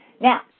now